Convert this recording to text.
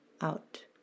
out